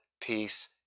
peace